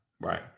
Right